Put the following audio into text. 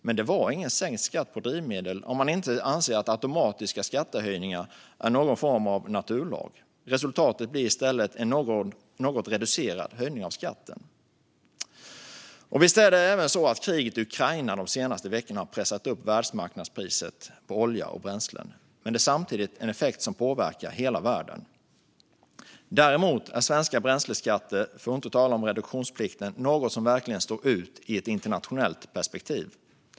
Men det var ingen sänkt skatt på drivmedel, om man inte anser att automatiska skatteuppräkningar är någon form av naturlag. Resultatet blev i stället en något reducerad höjning av skatten. Visst har även kriget i Ukraina de senaste veckorna pressat upp världsmarknadspriset på olja och bränsle, men det är samtidigt en effekt som påverkar hela världen. Däremot är svenska bränsleskatter - för att inte tala om reduktionsplikten - något som verkligen står ut i ett internationellt perspektiv.